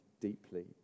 deeply